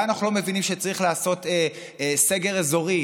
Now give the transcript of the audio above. אולי אנחנו לא מבינים שצריך לעשות סגר אזורי,